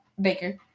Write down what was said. baker